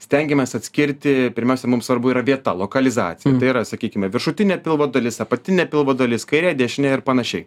stengiamės atskirti pirmiausia mums svarbu yra vieta lokalizaciją tai yra sakykime viršutinė pilvo dalis apatinė pilvo dalis kairė dešinė ir panašiai